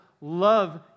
love